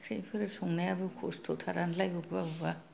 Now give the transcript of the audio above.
ओंख्रिफोर संनायाबो खस्थ'थारानोलाय बबेबा बबेबा